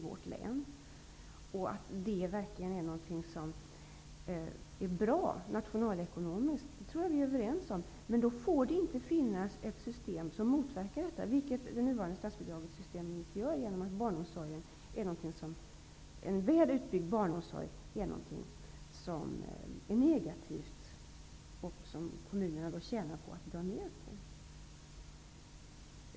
Jag tror vi är överens om att detta är bra, nationalekonomiskt sett, men då får man inte göra ett system som motverkar detta, vilket det nuvarande statsbidragssystemet gör genom att en väl utbyggd barnomsorg blir något negativt som kommunerna tjänar på att dra ner.